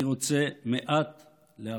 אני רוצה מעט להרחיב.